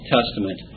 Testament